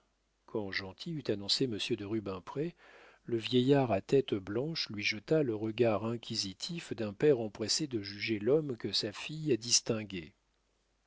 quand gentil eut annoncé monsieur de rubempré le vieillard à tête blanche lui jeta le regard inquisitif d'un père empressé de juger l'homme que sa fille a distingué